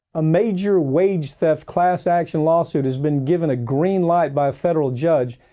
a major weight theft class action lawsuit has been given a green light by a federal judge.